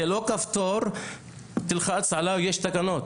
זה לא כפתור, תלחץ עליו ויש תקנות.